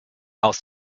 aus